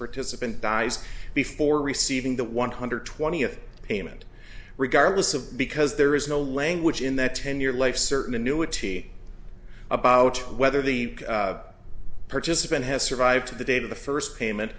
participant dies before receiving that one hundred twenty of payment regardless of because there is no language in that ten year life certain annuity about whether the participant has survived to the date of the first payment